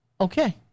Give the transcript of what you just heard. Okay